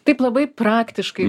taip labai praktiškai